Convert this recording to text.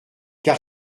car